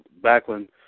Backlund